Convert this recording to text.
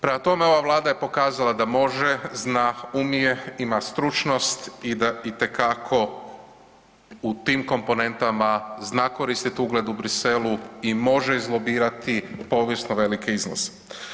Prema tome, ova Vlada je pokazala da može, zna, umije, ima stručnost i da itekako u tim komponentama zna koristiti ugled u Bruxellesu i može izlobirati povijesno velike iznose.